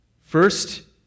First